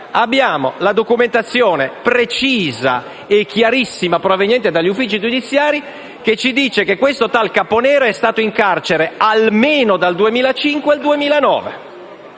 abbiamo la documentazione precisa e chiarissima, proveniente dagli uffici giudiziari, che ci dice che questo tal Caponera è stato in carcere almeno dal 2005 al 2009.